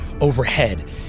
overhead